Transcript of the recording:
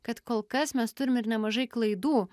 kad kol kas mes turim ir nemažai klaidų